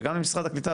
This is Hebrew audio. וגם למשרד הקליטה,